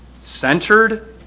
centered